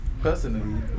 personally